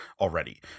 already